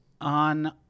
on